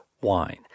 wine